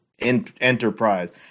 enterprise